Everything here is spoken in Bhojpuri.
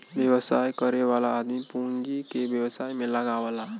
व्यवसाय करे वाला आदमी पूँजी के व्यवसाय में लगावला